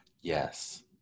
Yes